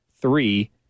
three